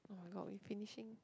[oh]-my-god we finishing